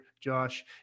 Josh